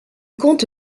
comte